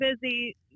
busy